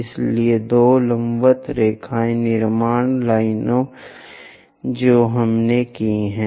इसलिए दो लंबवत रेखाएँ निर्माण लाइनें जो हमने की हैं